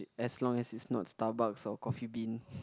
as long as it's not Starbucks or Coffee Bean